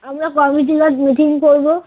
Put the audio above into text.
আমরা কমিটিরা মিটিং করবো